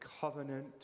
covenant